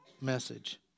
message